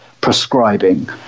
prescribing